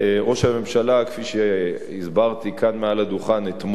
ראש הממשלה, כפי שהסברתי כאן מעל הדוכן אתמול,